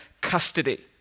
custody